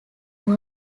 all